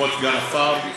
כבוד סגן השר,